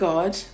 God